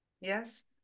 Yes